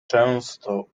często